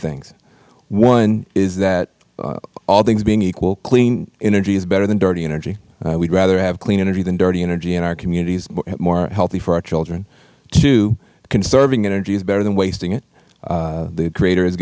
things one is that all things being equal clean energy is better than dirty energy we would rather have clean energy than dirty energy in our communities it is more healthy for our children two conserving energy is better than wasting it the creator has